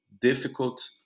difficult